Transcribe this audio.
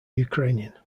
ukrainian